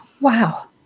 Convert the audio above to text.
Wow